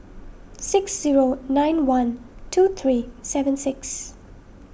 six zero nine one two three seven six